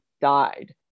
died